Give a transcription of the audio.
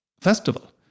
festival